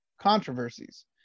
controversies